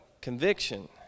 conviction